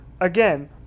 again